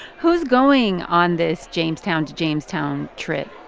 who's going on this jamestown to jamestown trip?